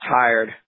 tired